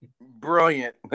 Brilliant